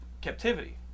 captivity